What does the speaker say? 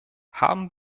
haben